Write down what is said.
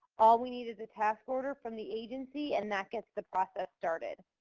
all we need is a task order from the agency, and that gets the process started.